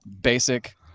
basic